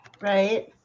Right